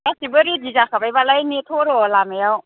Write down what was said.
गासैबो रेडि जाखाबाय बालाय नेथ' र' लामायाव